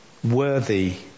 Worthy